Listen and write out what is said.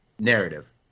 Narrative